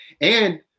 And-